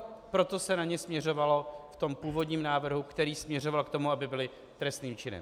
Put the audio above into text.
A proto se na ně směřovalo v tom původním návrhu, který směřoval k tomu, aby byly trestným činem.